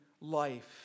life